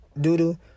doo-doo